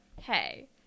hey